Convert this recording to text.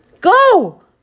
Go